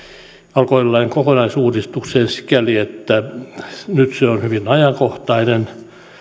alkoholilain kokonaisuudistukseen sikäli että nyt se on hyvin ajankohtainen